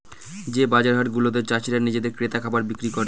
যে বাজার হাট গুলাতে চাষীরা নিজে ক্রেতাদের খাবার বিক্রি করে